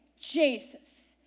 Jesus